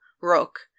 Rook